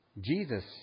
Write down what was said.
Jesus